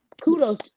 Kudos